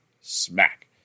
smack